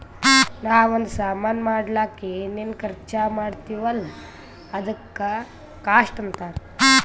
ನಾವೂ ಒಂದ್ ಸಾಮಾನ್ ಮಾಡ್ಲಕ್ ಏನೇನ್ ಖರ್ಚಾ ಮಾಡ್ತಿವಿ ಅಲ್ಲ ಅದುಕ್ಕ ಕಾಸ್ಟ್ ಅಂತಾರ್